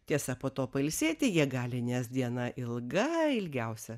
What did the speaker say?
tiesa po to pailsėti jie gali nes diena ilga ilgiausia